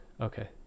okay